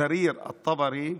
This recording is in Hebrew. ג'ריר א-טברי,